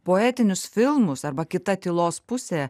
poetinius filmus arba kita tylos pusė